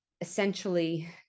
essentially